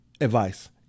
advice